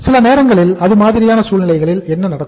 சில நேரங்களில் இது மாதிரியான சூழ்நிலைகளில் என்ன நடக்கும்